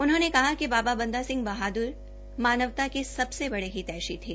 उन्होंने कहा कि बाबा बंदा सिंह बहाद्र मानवता के सबसे बड़े हितैषी थे